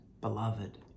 beloved